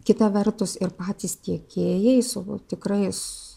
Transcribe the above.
kita vertus ir patys tiekėjai su tikrais